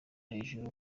hejuru